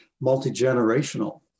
multi-generational